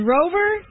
Rover